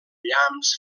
llamps